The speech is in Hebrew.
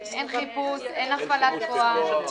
אין חיפוש, אין הפעלת כוח.